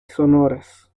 sonoras